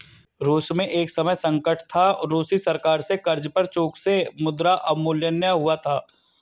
रूस में एक समय संकट था, रूसी सरकार से कर्ज पर चूक से मुद्रा अवमूल्यन हुआ था